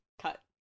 Cut